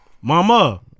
Mama